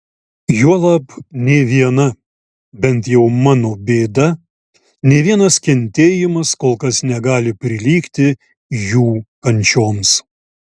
juolab nė viena bent jau mano bėda nė vienas kentėjimas kol kas negali prilygti jų kančioms